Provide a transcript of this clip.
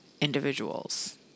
individuals